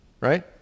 right